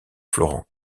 florent